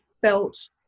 felt